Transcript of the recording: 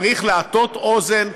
צריך להטות אוזן,